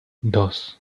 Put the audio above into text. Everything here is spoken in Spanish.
dos